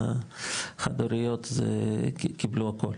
החד הוריות קיבלו הכל.